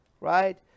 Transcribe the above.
right